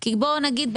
כי בוא נגיד,